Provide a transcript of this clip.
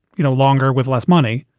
you know, longer with less money.